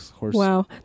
Wow